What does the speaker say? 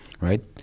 right